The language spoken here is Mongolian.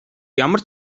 ямар